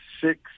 six